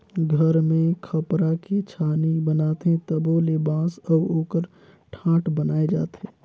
घर मे खपरा के छानी बनाथे तबो ले बांस अउ ओकर ठाठ बनाये जाथे